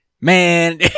Man